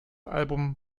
album